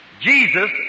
Jesus